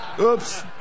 Oops